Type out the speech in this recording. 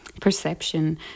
perception